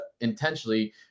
intentionally